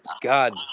God